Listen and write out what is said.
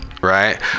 right